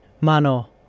mano